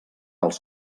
els